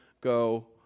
go